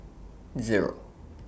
Zero